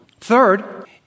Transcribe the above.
Third